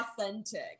authentic